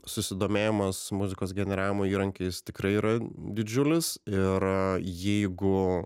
susidomėjimas muzikos generavimo įrankiais tikrai yra didžiulis ir jeigu